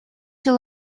she